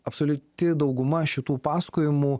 absoliuti dauguma šitų pasakojimų